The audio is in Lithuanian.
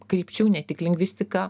krypčių ne tik lingvistika